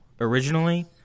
originally